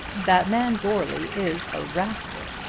that man goarly is a rascal.